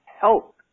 help